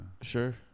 Sure